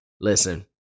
Listen